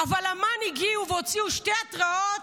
אבל אמ"ן הגיעו והוציאו שתי התראות,